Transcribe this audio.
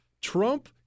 Trump